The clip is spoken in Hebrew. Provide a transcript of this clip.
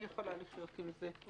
אני יכולה לחיות עם זה.